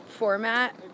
Format